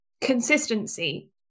consistency